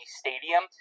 stadium